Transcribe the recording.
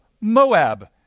Moab